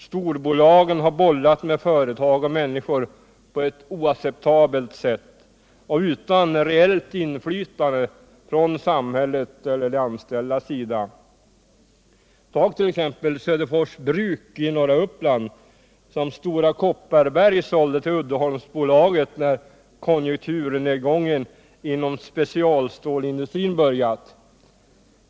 Storbolagen har bollat med företag och människor på ett oacceptabelt sätt och utan reellt inflytande från samhällets eller de anställdas sida. Tag t.ex. Söderfors bruk i norra Uppland, som Stora Kopparberg sålde till Uddeholmsbolaget när konjunkturnedgången inom specialstålsindustrin börjat.